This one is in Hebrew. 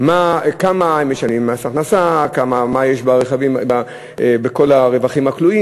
כמה הם משלמים מס הכנסה ומה יש בכל הרווחים הכלואים,